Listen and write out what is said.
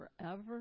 forever